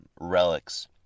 relics